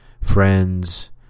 Friends